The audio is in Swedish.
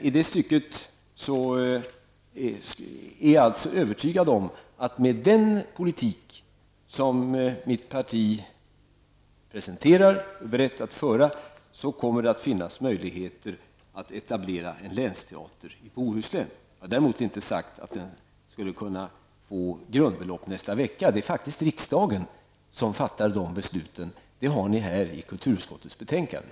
I det stycket är jag alltså övertygad om att det med den politik som mitt parti presenterar och är berett att föra kommer att finnas möjligheter att etablera en länsteater i Bohuslän. Jag har däremot inte sagt att den skulle kunna få grundbelopp nästa vecka. Det är faktiskt riksdagen som fattar de besluten; det har ni här i kulturutskottets betänkande.